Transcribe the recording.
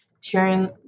sharing